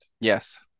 yes